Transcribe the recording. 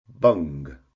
Bung